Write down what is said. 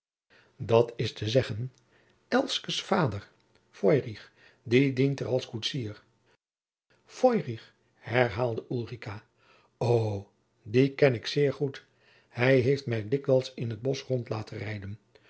dat is te zeggen elskes vaôder feurich die dient er als koetsier feurich herhaalde ulrica o dien ken ik zeer goed hij heeft mij dikwijls in t bosch rond laten rijden